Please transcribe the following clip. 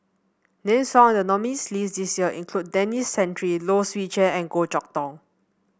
names found in the nominees' list this year include Denis Santry Low Swee Chen and Goh Chok Tong